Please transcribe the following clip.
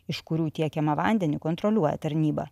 iš kurių tiekiamą vandenį kontroliuoja tarnyba